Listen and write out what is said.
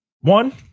One